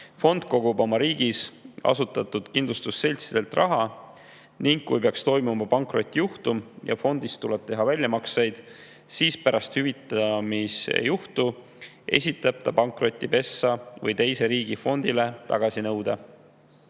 Fond kogub oma riigis asutatud kindlustusseltsidelt raha ning kui peaks [aset leidma] pankrotijuhtum ja fondist tuleb teha väljamakseid, siis pärast hüvitamisjuhtu esitab ta pankrotipesa suhtes või teise riigi fondile tagasinõude.